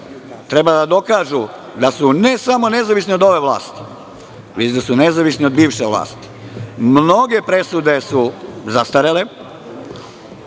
treba da dokažu da su ne samo nezavisni od ove vlasti, već da su nezavisni od bivše vlasti. Mnoge presude su zastarele,